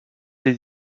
des